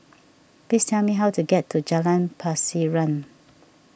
please tell me how to get to Jalan Pasiran